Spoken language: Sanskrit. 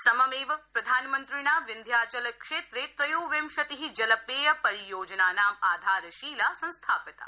सममेव प्रधानमन्त्रिणा विन्ध्याचल क्षेत्रे त्रयोविंशति जलपेय परियोजनानां आधारशिला संस्थापिता